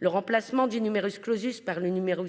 Le remplacement du par le